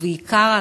ובעיקר,